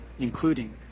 Including